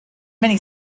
many